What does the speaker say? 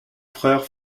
frère